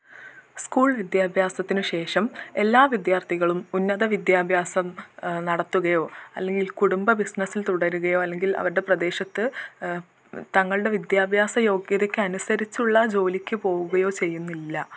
school വിദ്യാഭ്യാസത്തിനു ശേഷം എല്ലാ വിദ്യാർത്ഥികളും ഉന്നത വിദ്യാഭ്യാസം നടത്തുകയോ അല്ലെങ്കിൽ കുടുംബ ബിസ്നസ്സിൽ തുടരുകയോ അല്ലെങ്കിൽ അവരുടെ പ്രദേശത്ത് താങ്കളുടെ വിദ്യാഭ്യാസ യോഗ്യതയ്ക്കനുസരിച്ചുള്ള ജോലിക്ക് പോവുകയോ ചെയ്യുന്നില്ല